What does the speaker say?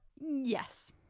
Yes